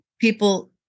people